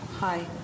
Hi